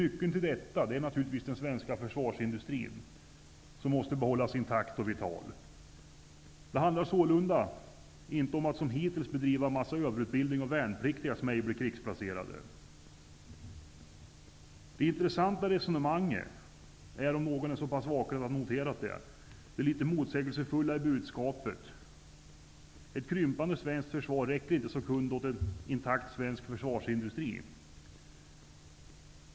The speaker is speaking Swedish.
Nyckeln till detta är den svenska försvarsindustrin, vilken måste behållas intakt och vital. Det handlar sålunda om att inte, som hittills gjorts, bedriva överutbildning av värnpliktiga som inte blir krigsplacerade. Det intressanta i resonemanget, om någon är så pass vaken att ha noterat det, är det litet motsägelsefulla i mitt budskap. Ett krympande svenskt försvar räcker inte som kund åt en intakt svensk försvarsindustri.